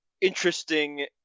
Interesting